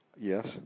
Yes